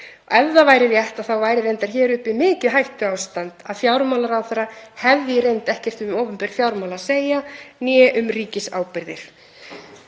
Ef það væri rétt þá væri reyndar hér uppi mikið hættuástand, að fjármálaráðherra hefði í reynd ekkert um opinber fjármál að segja né um ríkisábyrgðir.